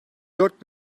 dört